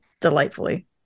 delightfully